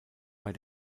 bei